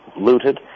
looted